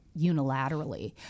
unilaterally